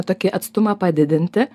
tokį atstumą padidinti